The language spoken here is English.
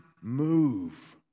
move